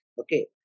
Okay